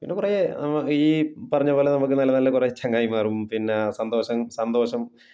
പിന്നെ കുറേ ഈ പറഞ്ഞത് പോലെ നമുക്ക് നല്ല നല്ല കുറെ ചങ്ങാതിമാറും പിന്നെ സന്തോഷം സന്തോഷം